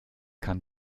kann